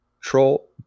Troll